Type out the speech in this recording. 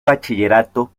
bachillerato